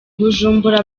bujumbura